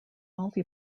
multi